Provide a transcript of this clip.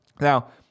Now